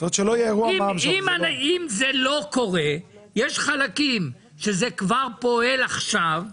אם זה לא קורה, יש חלקים שזה כבר פועל עכשיו,